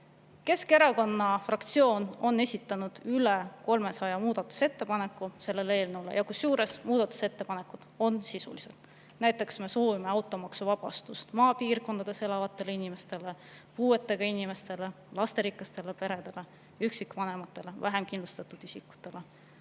Keskerakonna fraktsioon on eelnõu kohta esitanud üle 300 muudatusettepaneku, kusjuures need on sisulised. Näiteks me soovime automaksuvabastust maapiirkondades elavatele inimestele, puuetega inimestele, lasterikastele peredele, üksikvanematele, vähemkindlustatud isikutele.